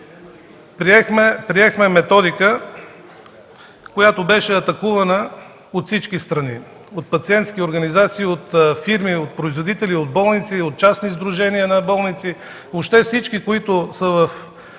Приехме методика, която беше атакувана от всички страни – от пациентски организации, от фирми, от производители, от болници, от частни сдружения на болници. Въобще всички, които са в